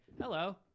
hello